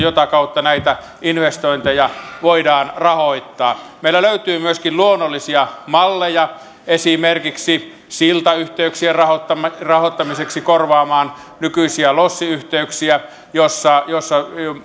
mitä kautta näitä investointeja voidaan rahoittaa meillä löytyy myöskin luonnollisia malleja esimerkiksi siltayhteyksien rahoittamiseksi rahoittamiseksi korvaamaan nykyisiä lossiyhteyksiä joissa